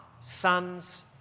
sons